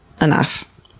enough